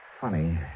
Funny